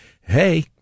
hey